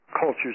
cultures